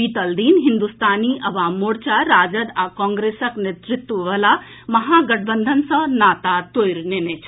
बीतल दिन हिन्दुस्तानी अवाम मोर्चा राजद आ कांग्रेसक नेतृत्व वला महागठबंधन सँ नाता तोड़ि लेने छल